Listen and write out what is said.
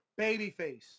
babyface